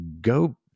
go